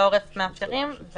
יכול להיות שבדיקה אחת תספיק כי הוא